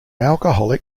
alcoholic